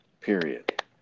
Period